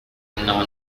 unknown